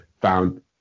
found